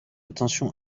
attention